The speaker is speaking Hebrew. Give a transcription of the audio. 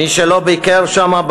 מי שביקר שם,